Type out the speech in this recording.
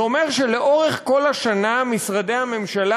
זה אומר שלאורך כל השנה משרדי הממשלה